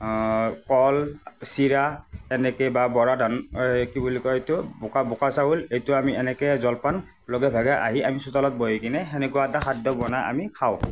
কল চিৰা এনেকৈ বা বৰা ধান এই কি বুলি কয় এইটো বোকা বোকা চাউল এইটো আমি এনেকৈ জলপান লগে ভাগে আহি আমি চোতালত বহি কিনে সেনেকুৱা এটা খাদ্য বনায় আমি খাওঁ